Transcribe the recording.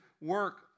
work